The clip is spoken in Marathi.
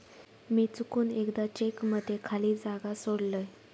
मी चुकून एकदा चेक मध्ये खाली जागा सोडलय